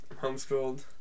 homeschooled